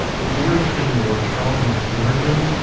if you're interested in the work charles and his team are doing,